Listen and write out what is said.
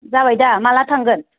जायोदा माला थांगोन